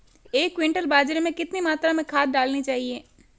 एक क्विंटल बाजरे में कितनी मात्रा में खाद डालनी चाहिए?